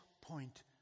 point